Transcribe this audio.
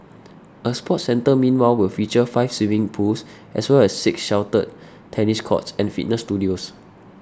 a sports centre meanwhile will feature five swimming pools as well as six sheltered tennis courts and fitness studios